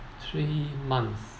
three months